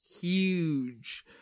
huge